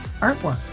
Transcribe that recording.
artwork